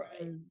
right